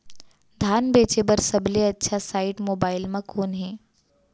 धान बेचे बर सबले अच्छा साइट मोबाइल म कोन हे?